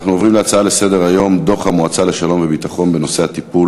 אנחנו עוברים להצעות לסדר-היום בנושא: דוח המועצה